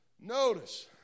notice